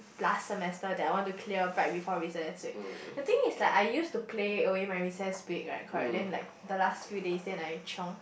last semester that I want to clear back before recess next week the thing is that I used to play away my recess break right correct then like the last few days then I chiong